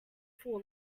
full